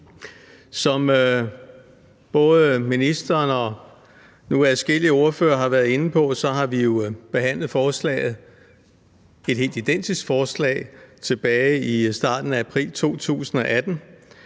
Som både ministeren og nu adskillige ordførere har været inde på, har vi jo behandlet et helt identisk forslag tilbage i starten af april 2018.